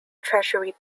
treasury